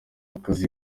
akazi